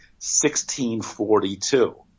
1642